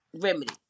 remedy